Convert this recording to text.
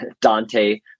Dante